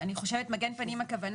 אני חושבת מגן פנים, הכוונה.